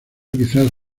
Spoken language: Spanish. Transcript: quizás